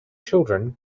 children